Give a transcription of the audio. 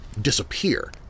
disappear